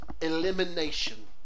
elimination